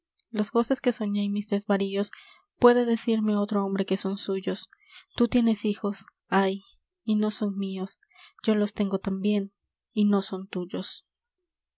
los goces que soñé en mis desvaríos puede decirme otro hombre que son suyos tú tienes hijos ay y no son mios yo los tengo tambien y no son tuyos